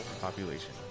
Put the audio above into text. population